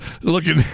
looking